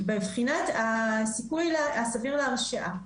מבחינת הסיכוי הסביר להרשעה.